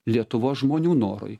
lietuvos žmonių norui